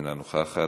אינה נוכחת,